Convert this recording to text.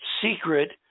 secret